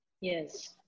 Yes